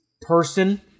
person